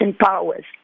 powers